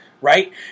right